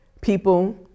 people